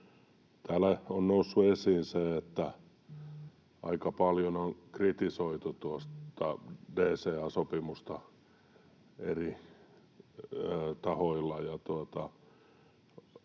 Täällä on noussut esiin se, että aika paljon on kritisoitu tuota DCA-sopimusta eri tahoilla.